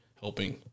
helping